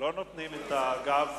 לא נותנים את הגב